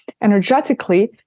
energetically